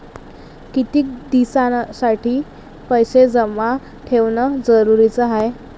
कितीक दिसासाठी पैसे जमा ठेवणं जरुरीच हाय?